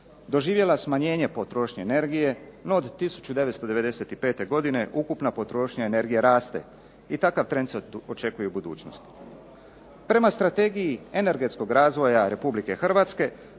doživjela smanjenje potrošnje energije, no od 1995. godine ukupna potrošnja energije raste i takav trend se očekuje i u budućnosti. Prema Strategiji energetskog razvoja Republike Hrvatske